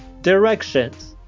Directions